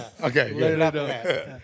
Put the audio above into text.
Okay